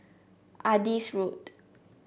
Adis Road